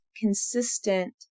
consistent